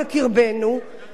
כנדרש על-פי חוק.